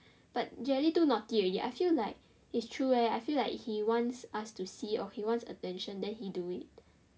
but jelly too naughty already I feel like it's true leh I feel like he wants us to see or he wants attention then he do it